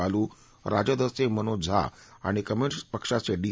बालू राजदचे मनोज झा आणि कम्युनिस्ट पक्षाचे डी